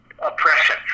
oppression